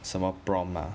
什么 prompt ah